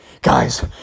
guys